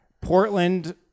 Portland